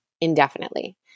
indefinitely